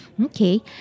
Okay